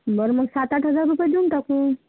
बरं मग सात आठ हजार रुपये देऊन टाकू